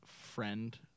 friend